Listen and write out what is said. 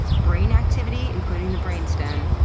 brain activity including the brain stem,